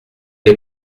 les